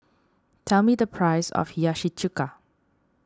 tell me the price of Hiyashi Chuka